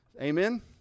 Amen